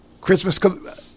Christmas